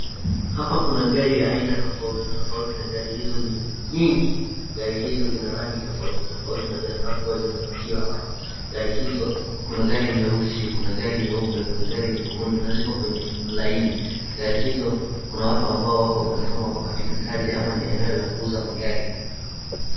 Hapa kuna gari aina tofauti tofauti na gari hizo ni nyingi, gari hizo zina rangi tofauti tofauti na zinakaa kuwa zimepakiwa hapa. Gari hizo, kuna gari nyeusi, kuna gari nyeupe, kuna gari nyekundu na ziko kwenye laini. Gari hizo kuna watu ambao wako ni kama wako katika kazi ama ni eneo la kuuza magari.